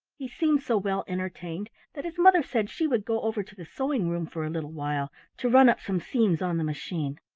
he seemed so well entertained that his mother said she would go over to the sewing-room for a little while to run up some seams on the machine.